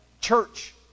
church